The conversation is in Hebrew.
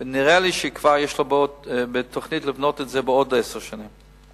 ונראה לי שכבר יש לו תוכנית לבנות את זה עוד עשר שנים.